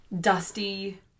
Dusty